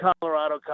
Colorado